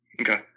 Okay